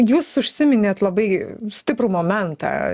jūs užsiminėt labai stiprų momentą